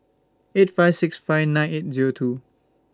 eight five six five nine eight Zero two